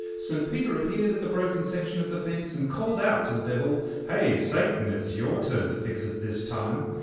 st peter appeared at the broken section of the fence and called out to the devil, hey, satan, it's your turn to fix it this time'.